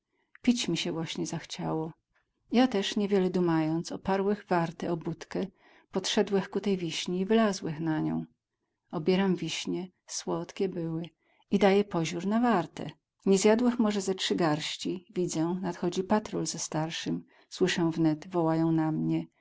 pić mi sie właśnie zachciało ja też niewiele dumając oparłech wartę o budkę podszedłech ku tej wiśni i wylazłech na nią obieram wiśnie słodkie były i daję poziór na wartę nie zjadłech może ze trzy garści widzę nadchodzi patrol ze starszym słyszę wnet wołają na mnie